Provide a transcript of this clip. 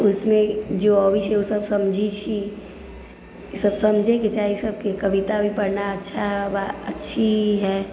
उसमे जो अबै छै ओसभ समझै छी इसभ समझयके चाही सभकेँ कविता भी पढ़ना अच्छा बा अच्छी है